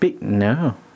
No